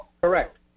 Correct